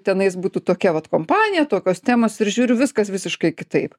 tenais būtų tokia vat kompanija tokios temos ir žiūriu viskas visiškai kitaip